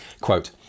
Quote